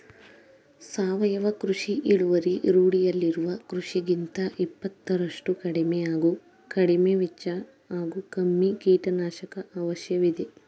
ಸಾವಯವ ಕೃಷಿ ಇಳುವರಿ ರೂಢಿಯಲ್ಲಿರುವ ಕೃಷಿಗಿಂತ ಇಪ್ಪತ್ತರಷ್ಟು ಕಡಿಮೆ ಹಾಗೂ ಕಡಿಮೆವೆಚ್ಚ ಹಾಗೂ ಕಮ್ಮಿ ಕೀಟನಾಶಕ ಅವಶ್ಯವಿದೆ